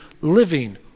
living